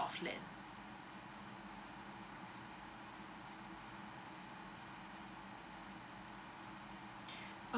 of land